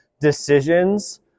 decisions